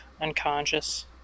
unconscious